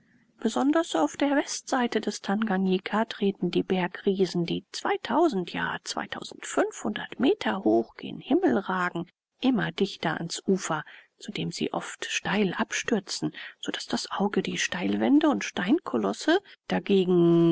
besonders auf der westseite des tanganjika treten die bergriesen die ja meter hoch gen himmel ragen immer dichter ans ufer zu dem sie oft steil abstürzen so daß das auge die steilwände und steinkolosse dagegen